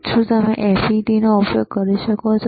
શું તમે FFT નો ઉપયોગ કરી શકો છો